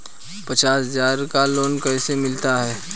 पचास हज़ार का लोन कैसे मिलता है?